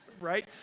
right